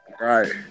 Right